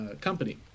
company